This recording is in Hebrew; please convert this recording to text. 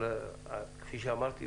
כמו שאמרתי,